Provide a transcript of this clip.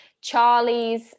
Charlie's